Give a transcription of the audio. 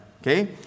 okay